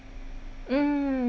mm